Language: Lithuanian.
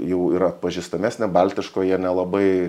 jau yra atpažįstamesnė baltiško jie nelabai